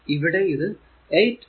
ഇവിടെ ഇത് 8 വോൾട്ടും 4 ആമ്പിയരും ആണ്